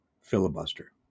filibuster